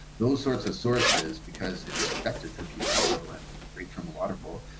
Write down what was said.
those sorts of sources because it's expected for people to go and drink from a water bowl,